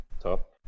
top